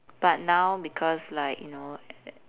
but now because like you know